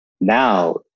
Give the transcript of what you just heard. Now